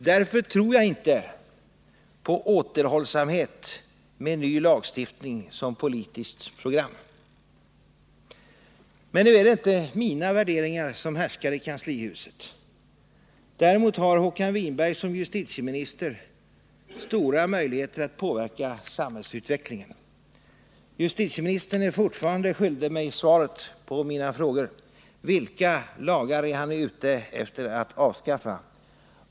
Därför tror jag inte på återhållsamhet med ny lagstiftning som politiskt program. Men nu är det inte mina värderingar som härskar i kanslihuset. Däremot har Håkan Winberg som justitieminister stora möjligheter att påverka samhällsutvecklingen. Justitieministern är fortfarande skyldig mig svaret på mina frågor: Vilka lagar är justitieministern ute efter att avskaffa?